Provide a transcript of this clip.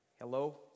Hello